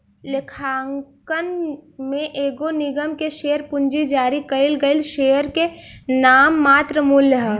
लेखांकन में एगो निगम के शेयर पूंजी जारी कईल गईल शेयर के नाममात्र मूल्य ह